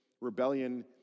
rebellion